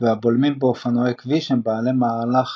והבולמים באופנועי כביש הם בעלי מהלך